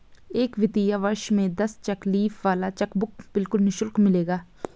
एक वित्तीय वर्ष में दस चेक लीफ वाला चेकबुक बिल्कुल निशुल्क मिलेगा